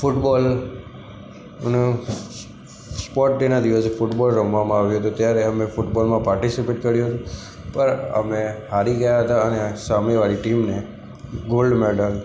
football અને sport ડેના દિવસે ફૂટબોલ રમવામાં આવ્યો હતો ત્યારે અમે ફૂટબોલમાં પાર્ટિસિપેટ કર્યું હતું પણ અમે હારી ગયા હતા અને સામેવાળી ટીમને ગોલ્ડ મૅડલ